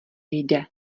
jde